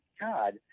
God